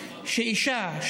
שאישה,